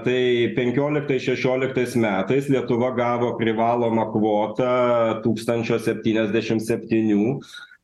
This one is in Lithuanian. tai penkioliktais šešioliktais metais lietuva gavo privalomą kvotą tūkstančio septyniasdešim septynių